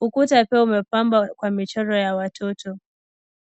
ukuta pia umepambwa kwa michoro ya watoto.